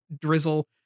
drizzle